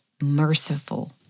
merciful